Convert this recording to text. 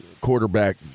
quarterback